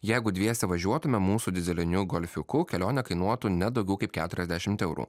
jeigu dviese važiuotume mūsų dyzeliniu golfiuku kelionė kainuotų ne daugiau kaip keturiasdešimt eurų